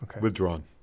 Withdrawn